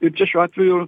ir čia šiuo atveju